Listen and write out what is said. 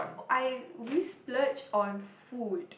I we splurge on food